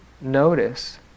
notice